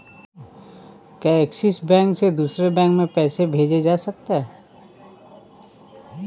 क्या Axis bank से दूसरे बैंक में पैसे भेजे जा सकता हैं?